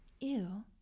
Ew